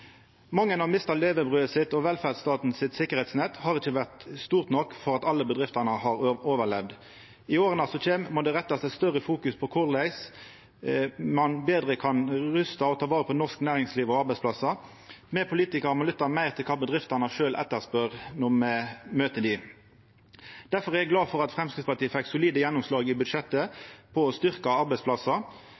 Mange har mista levebrødet sitt. Velferdsstatens sikkerheitsnett har ikkje vore stort nok til at alle bedriftene har kunna overlevd. I åra som kjem, må ein fokusera meir på korleis ein betre kan rusta opp og ta vare på norsk næringsliv og arbeidsplassar. Me politikarar må lytta meir til kva bedriftene sjølve etterspør når me møter dei. Difor er eg glad for at Framstegspartiet fekk solide gjennomslag i budsjettet for å styrkja arbeidsplassar.